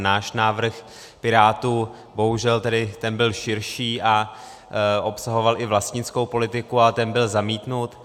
Náš návrh Pirátů, bohužel tedy, ten byl širší, a obsahoval i vlastnickou politiku, ten byl zamítnut.